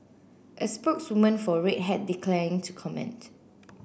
a spokeswoman for Red Hat declined to comment